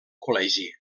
col·legi